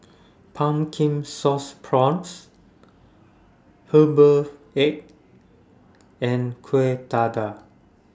Pumpkin Sauce Prawns Herbal Egg and Kueh Dadar